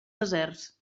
deserts